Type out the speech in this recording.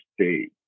state